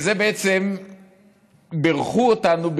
בירכו אותנו,